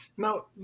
Now